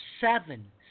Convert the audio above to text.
seven